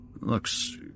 Looks